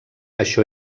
això